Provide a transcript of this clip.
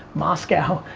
moscow,